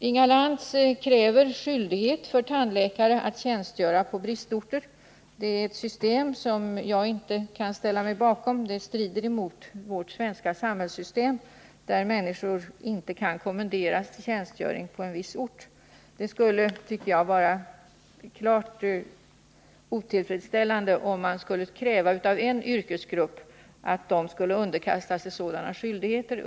Inga Lantz kräver skyldighet för tandläkare att tjänstgöra på bristorter. Det är en metod som jag inte kan ställa mig bakom. Den strider emot vårt svenska samhällssystem, där människor inte kan kommenderas till tjänstgöring på en viss ort. Det skulle, tycker jag, vara klart otillfredsställande om man krävde att en yrkesgrupp skulle underkasta sig en sådan skyldighet.